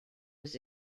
was